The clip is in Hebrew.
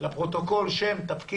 מי אתה?